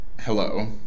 hello